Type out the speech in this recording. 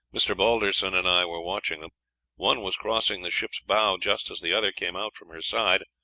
mr. balderson and i were watching them one was crossing the ship's bow just as the other came out from her side,